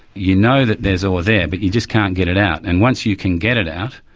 you know that there's ore there, but you just can't get it out, and once you can get it out,